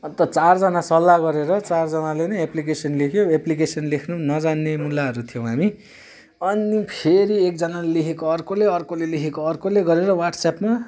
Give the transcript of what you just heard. अन्त चारजना सल्लाह गरेर चारजनाले नै एप्लिकेसन लेख्यौँ एप्लिकेसन लेख्नु पनि नजान्ने मुलाहरू थियौँ हामी अनि फेरि एकजनाले लेखेको अर्कोले अर्कोले लेखेको अर्कोले गरेर वाट्सएपमा